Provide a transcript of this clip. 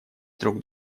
друг